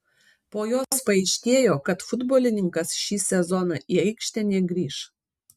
po jos paaiškėjo kad futbolininkas šį sezoną į aikštę negrįš